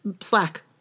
Slack